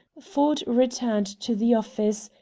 ford returned to the office,